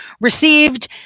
received